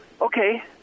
Okay